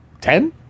Ten